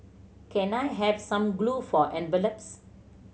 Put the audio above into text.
can I have some glue for envelopes